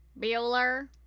Bueller